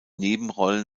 nebenrollen